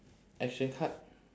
action card